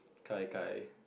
gai-gai